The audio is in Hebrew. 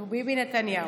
שהוא ביבי נתניהו.